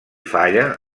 falla